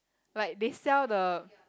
like they sell the